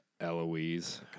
Eloise